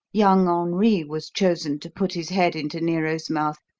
young henri was chosen to put his head into nero's mouth,